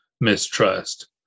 mistrust